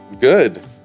Good